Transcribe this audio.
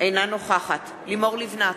אינה נוכחת לימור לבנת,